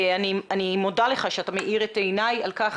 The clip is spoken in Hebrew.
אני מודה לך שאתה מאיר את עיניי על כך